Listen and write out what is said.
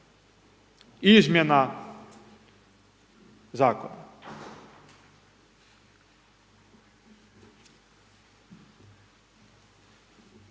izmjena zakona